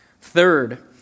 Third